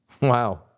Wow